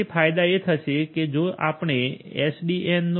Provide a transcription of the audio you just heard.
તેથી ફાયદા એ થશે કે જો આપણે એસડીએન